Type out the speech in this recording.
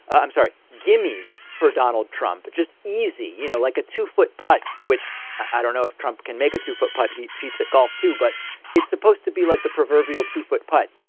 i'm sorry. gimmes for donald trump. just easy. you know, like a two foot putt, which i don't know if trump can make a two foot putt. he cheats at golf, too, but it's supposed to be like the proverbial two foot putt.